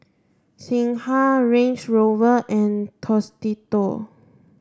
Singha Range Rover and Tostitos